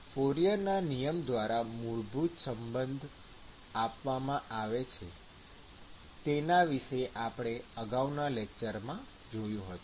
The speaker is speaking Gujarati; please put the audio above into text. ફોરિયરના નિયમ દ્વારા મૂળભૂત સંબંધ આપવામાં આવે છે જેના વિષે આપણે અગાઉના લેકચરમાં જોયું હતું